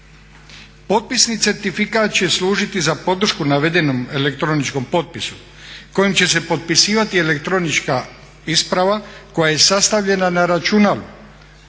Potpisni certifikat će služiti za podršku navedenom elektroničkom potpisu kojim će se potpisivati elektronička isprava koja je sastavljena na računalu